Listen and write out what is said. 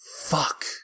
fuck